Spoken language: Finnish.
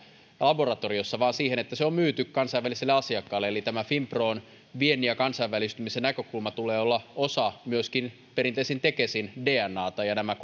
laboratoriossa vaan siihen että se on myyty kansainvälisille asiakkaille eli tämän finpron viennin ja kansainvälistymisen näkökulman tulee olla osa myöskin perinteisen tekesin dnata ja nämä